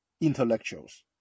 intellectuals